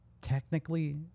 technically